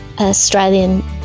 Australian